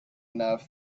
enough